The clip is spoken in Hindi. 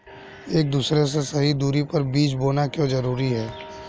एक दूसरे से सही दूरी पर बीज बोना क्यों जरूरी है?